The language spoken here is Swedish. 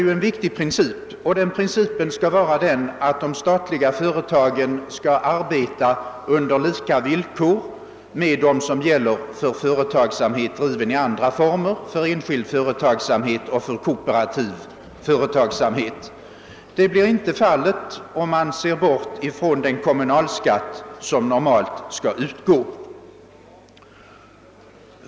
Bakom denna fråga ligger en viktig princip, nämligen att de statliga företagen skall arbeta under samma villkor som gäller för företagsamhet i andra former, enskild eller kooperativ, och så blir inte fallet om man ser bort från den kommunalskatt som normalt skall utgå.